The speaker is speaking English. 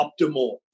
optimal